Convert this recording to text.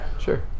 Sure